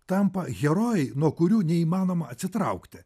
tampa herojai nuo kurių neįmanoma atsitraukti